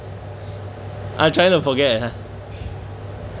I'm trying to forget leh